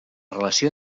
relació